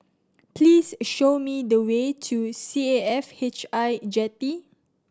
please show me the way to C A F H I Jetty